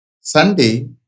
Sunday